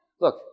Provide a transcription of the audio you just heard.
Look